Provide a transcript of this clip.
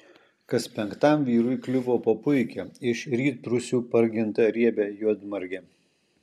kas penktam vyrui kliuvo po puikią iš rytprūsių pargintą riebią juodmargę